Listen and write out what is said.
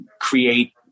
create